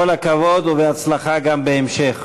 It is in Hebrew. כל הכבוד, ובהצלחה גם בהמשך.